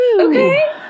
okay